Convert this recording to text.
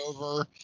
over